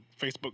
Facebook